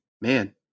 Man